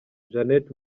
janet